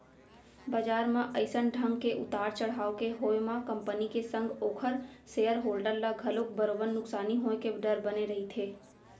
बजार म अइसन ढंग के उतार चड़हाव के होय म कंपनी के संग ओखर सेयर होल्डर ल घलोक बरोबर नुकसानी होय के डर बने रहिथे